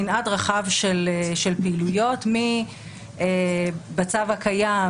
מנעד רחב של פעילויות בצו הקיים,